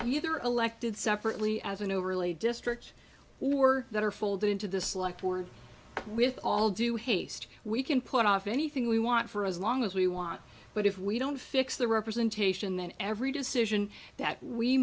either elected separately as an overlay district or that are folded into the select board with all due haste we can put off anything we want for as long as we want but if we don't fix the representation then every decision that we